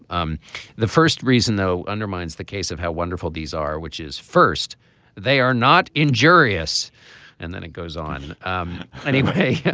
um the first reason though undermines the case of how wonderful these are which is first they are not injurious and then it goes on um anyway. yeah